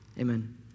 amen